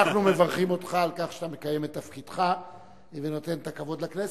אנחנו מברכים אותך על כך שאתה מקיים את תפקידך ונותן את הכבוד לכנסת.